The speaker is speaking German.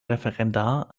referendar